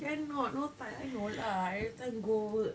cannot no time I know lah every time go work